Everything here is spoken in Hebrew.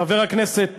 חבר הכנסת טיבי,